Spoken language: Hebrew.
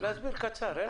להסביר קצר.